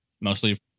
Mostly